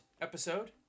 episode